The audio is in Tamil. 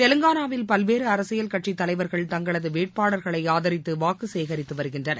தெலங்கானாவில் பல்வேறு அரசியல் கட்சித் தலைவர்கள் தங்களது வேட்பாளர்களை ஆதரித்து வாக்கு சேகரித்து வருகின்றனர்